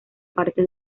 parte